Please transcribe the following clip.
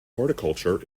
horticulture